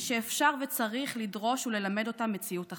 שאפשר וצריך לדרוש ללמד אותם מציאות אחרת.